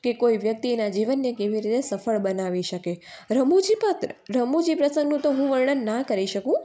કે કોઈ વ્યક્તિ એનાં જીવનને કેવી રીતે સફળ બનાવી શકે રમૂજી પાત્ર રમૂજી પ્રસંગનું તો હું વર્ણન ના કરી શકું